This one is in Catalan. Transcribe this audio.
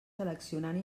seleccionant